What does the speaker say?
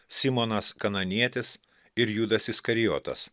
simonas kananietis ir judas iskarijotas